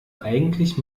eigentlich